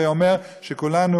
הווי אומר שכולנו